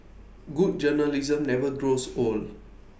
good journalism never grows old